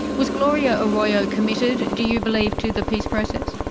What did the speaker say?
was gloria arroyo committed, do you believe, to the peace process?